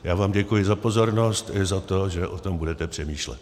Já vám děkuji za pozornost, i za to, že o tom budete přemýšlet.